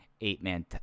eight-man